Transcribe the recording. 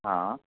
हां